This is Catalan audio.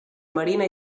marina